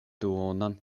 duonon